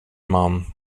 man